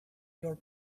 your